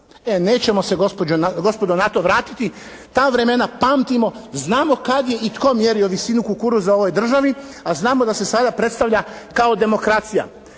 E nećemo se gospodo na to vratiti. Ta vremena pamtimo, znamo kad je i tko mjerio visinu kukuruza u ovoj državi, a znamo da se sada predstavlja kao demokracija.